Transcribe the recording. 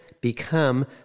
become